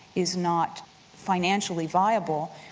is not financially viable.